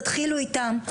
תתחילו איתן,